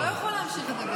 לא, הוא לא יכול להמשיך לדבר.